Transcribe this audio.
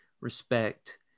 respect